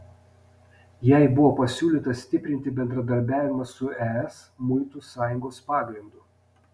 jai buvo pasiūlyta stiprinti bendradarbiavimą su es muitų sąjungos pagrindu